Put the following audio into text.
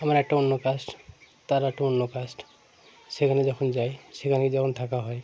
আমার একটা অন্য কাস্ট তারা একটা অন্য কাস্ট সেখানে যখন যাই সেখানে যখন থাকা হয়